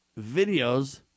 videos